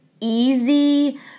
easy